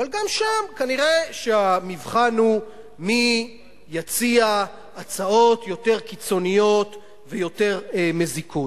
אבל גם שם כנראה המבחן הוא מי יציע הצעות יותר קיצוניות ויותר מזיקות.